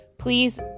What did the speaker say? Please